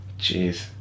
Jeez